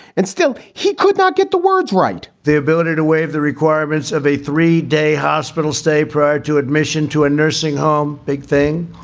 and still he could not get the words right the ability to waive the requirements of a three day hospital stay prior to admission to a nursing home. big thing.